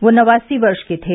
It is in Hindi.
वह नवासी वर्ष के थे